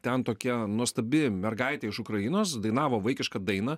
ten tokia nuostabi mergaitė iš ukrainos dainavo vaikišką dainą